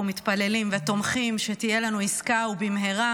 אנחנו מתפללים ותומכים שתהיה לנו עסקה ובמהרה